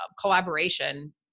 collaboration